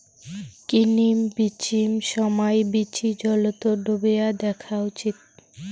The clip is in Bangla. কিনিম বিচিম সমাই বীচি জলত ডোবেয়া দ্যাখ্যা উচিত